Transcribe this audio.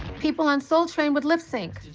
people on soul train would lip sync.